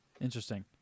interesting